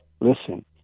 listen